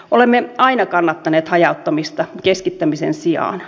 olemme aina kannattaneet hajauttamista keskittämisen sijaan